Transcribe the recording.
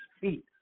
feet